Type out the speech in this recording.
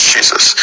Jesus